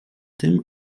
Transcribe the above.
tym